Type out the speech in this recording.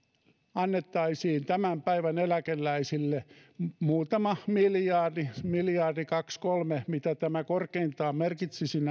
annettaisiin tämän päivän eläkeläisille muutama miljardi miljardi kaksi kolme mitä nämä lakialoitteet korkeintaan merkitsisivät